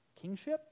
kingship